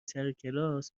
سرکلاس